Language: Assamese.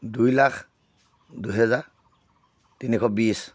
দুই লাখ দুহেজাৰ তিনিশ বিশ